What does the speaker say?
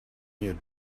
your